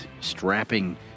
strapping